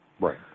Right